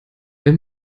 wenn